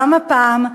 גם הפעם,